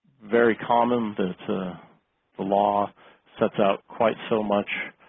very common that the law sets out quite so much